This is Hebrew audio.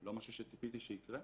לא משהו שציפיתי שיקרה.